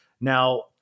Now